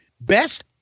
best